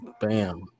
Bam